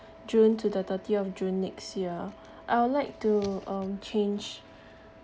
june to the thirtieth of june next year I would like to um change